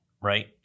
right